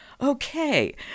Okay